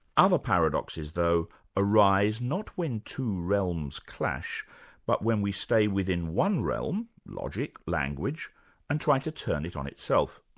other paradoxes though arise not when two realms clash but when we stay within one realm logic, language and try to turn it on itself.